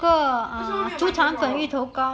为什么没有买给我